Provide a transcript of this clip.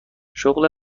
شغل